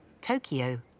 Tokyo